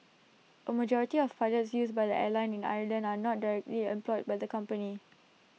A majority of pilots used by the airline in the Ireland are not directly employed by the company